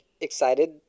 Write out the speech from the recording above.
excited